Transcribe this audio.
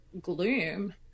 gloom